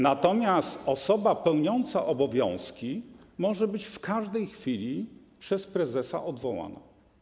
Natomiast osoba pełniąca obowiązki może być w każdej chwili przez prezesa odwołana.